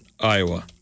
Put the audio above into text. Iowa